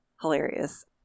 hilarious